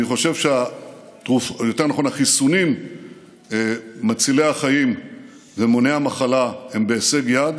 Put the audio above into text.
אני חושב שהחיסונים מצילי החיים ומונעי המחלה הם בהישג יד.